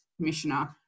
commissioner